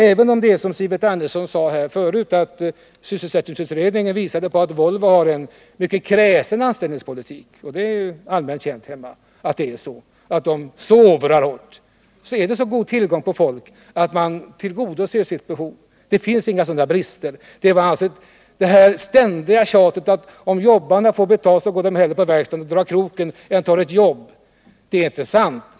Även om sysselsättningsutredningen visade, som Sivert Andersson tidigare sade, att Volvo har en mycket kräsen anställningspolitik — och det är allmänt känt hemma att man där sovrar noga —- finns det så god tillgång på folk att man tillgodoser sitt behov. Det finns alltså inga sådana brister som herr Hovhammar talar om. Det ständiga tjatet om att jobbarna, om de får betalt, hellre går på verkstaden och drar kroken än att ta ett jobb, det har inte fog för sig.